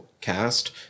cast